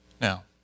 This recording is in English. Now